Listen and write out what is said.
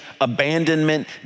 abandonment